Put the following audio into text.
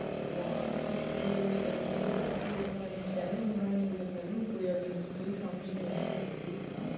हे भगवान कुदै पूजा बी करनी रुट्टी बी बनानी कैलु बनानी कुदै कैलु पूजा करनी कोई समझ नी औंदी ऐ केह् करां आ'ऊं